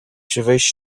transverse